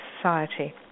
society